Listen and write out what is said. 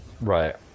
Right